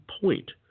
point